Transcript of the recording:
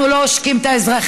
אנחנו לא עושקים את האזרחים,